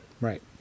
Right